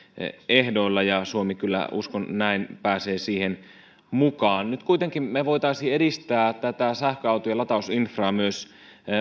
ehdoilla ja suomi kyllä uskon näin pääsee siihen mukaan nyt kuitenkin me voisimme edistää tätä sähköautojen latausinfraa myös